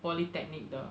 polytechnic 的